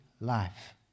life